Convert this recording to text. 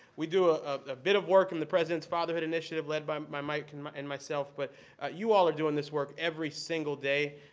we do ah a bit of work in the president's fatherhood initiative lead by mike and and myself but you all are doing this work every single day,